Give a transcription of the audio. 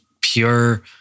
pure